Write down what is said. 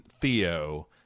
Theo